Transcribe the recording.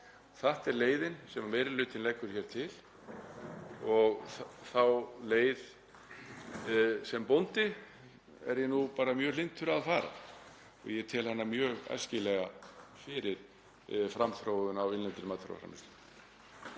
Þetta er leiðin sem meiri hlutinn leggur hér til og þá leið sem bóndi er ég nú bara mjög hlynntur að fara. Ég tel hana mjög æskilega fyrir framþróun á innlendri matvælaframleiðslu.